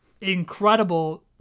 incredible